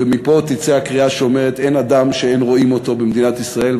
ומפה תצא הקריאה שאומרת שאין אדם שאין רואים אותו במדינת ישראל.